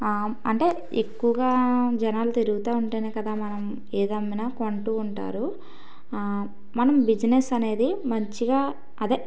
అంటే ఎక్కువగా జనాలు తిరుగుతు ఉంటే కదా మనం ఏది అమ్మినా కొంటు ఉంటారు మనం బిజినెస్ అనేది మంచిగా అదే